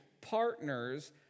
partners